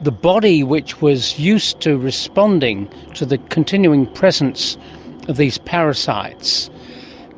the body which was used to responding to the continuing presence of these parasites